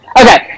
Okay